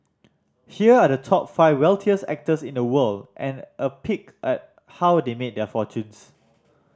here are the top five wealthiest actors in the world and a peek at how they made their fortunes